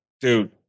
dude